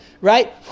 right